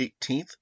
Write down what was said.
18th